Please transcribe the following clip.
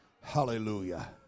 hallelujah